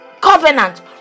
covenant